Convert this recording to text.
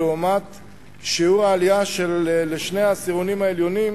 לעומת שיעור העלייה של שני העשירונים העליונים,